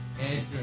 Andrew